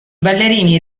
ballerini